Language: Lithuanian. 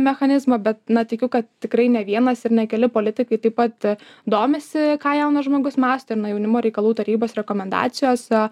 mechanizmą bet na tikiu kad tikrai ne vienas ir ne keli politikai taip pat domisi ką jaunas žmogus mąsto ir nuo jaunimo reikalų tarybos rekomendacijose